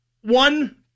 one